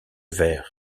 vers